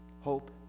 Hope